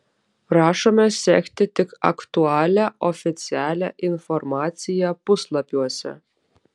prašome sekti tik aktualią oficialią informaciją puslapiuose